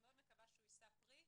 ממני ומכולנו פה יחד.